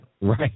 Right